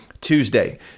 Tuesday